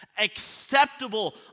Acceptable